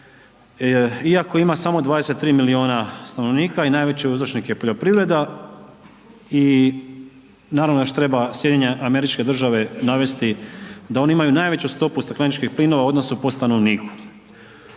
iako ima samo 23 miliona i najveći uzročnik je poljoprivreda i naravno još treba SAD navesti da oni imaju najveću stopu stakleničkih plinova u odnosu po stanovniku.